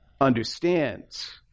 understands